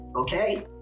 okay